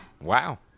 Wow